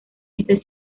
este